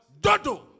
Dodo